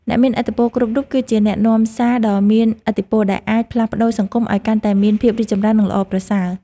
អ្នកមានឥទ្ធិពលគ្រប់រូបគឺជាអ្នកនាំសារដ៏មានឥទ្ធិពលដែលអាចផ្លាស់ប្តូរសង្គមឱ្យកាន់តែមានភាពរីកចម្រើននិងល្អប្រសើរ។